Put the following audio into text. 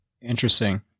Interesting